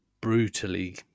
brutally